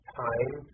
time